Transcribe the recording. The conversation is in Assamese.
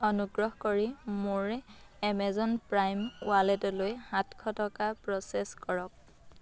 অনুগ্ৰহ কৰি মোৰ এমেজন প্ৰাইম ৱালেটলৈ সাতশ টকা প্ৰচেছ কৰক